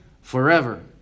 forever